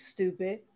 Stupid